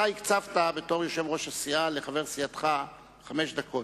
אתה הקצבת בתור יושב-ראש הסיעה לחבר סיעתך חמש דקות.